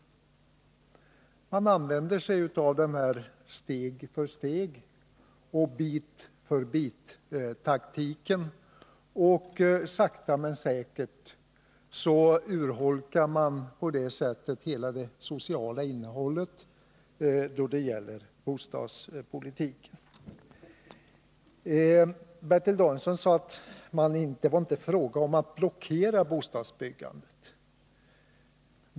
Man använder sig av den här steg-för-stegoch bit-förbit-taktiken, och sakta men säkert urholkar man på det sättet hela det sociala innehållet när det gäller bostadspolitiken. Bertil Danielsson sade att det inte var fråga om att blockera bostadsbyg gandet.